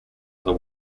other